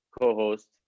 co-host